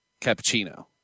cappuccino